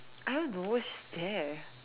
I don't know it's just there